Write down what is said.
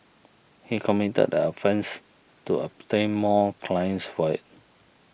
he committed the offences to obtain more clients for it